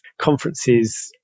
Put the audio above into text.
conferences